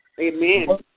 Amen